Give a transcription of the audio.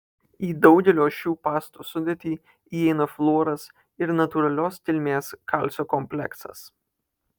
į daugelio šių pastų sudėtį įeina fluoras ir natūralios kilmės kalcio kompleksas